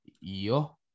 Yo